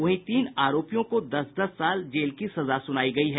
वहीं तीन आरोपियों को दस दस साल जेल की सजा सुनाई गयी है